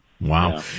Wow